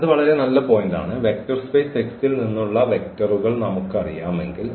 അത് വളരെ നല്ല പോയിന്റാണ് വെക്റ്റർ സ്പേസ് X ൽ നിന്നുള്ള വെക്റ്ററുകൾ നമുക്ക് അറിയാമെങ്കിൽ